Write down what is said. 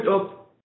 up